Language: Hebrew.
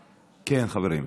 כן, חברים,